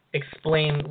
explain